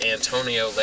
Antonio